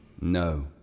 No